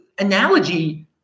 Analogy